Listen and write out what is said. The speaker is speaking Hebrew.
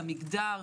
המגדר,